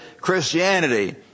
Christianity